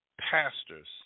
pastors